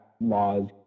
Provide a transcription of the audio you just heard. laws